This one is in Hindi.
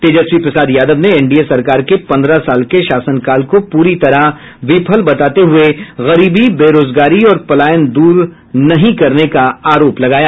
तेजस्वी प्रसाद यादव ने एनडीए सरकार के पंद्रह साल के शासनकाल को पूरी तरह विफल बताते हुये गरीबी बेरोजगारी और पलायन दूर नहीं करने का आरोप लगाया